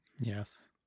Yes